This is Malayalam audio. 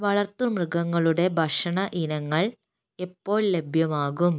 വളർത്തു മൃഗങ്ങളുടെ ഭക്ഷണ ഇനങ്ങൾ എപ്പോൾ ലഭ്യമാകും